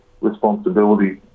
responsibility